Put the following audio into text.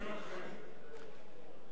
ולכן?